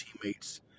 teammates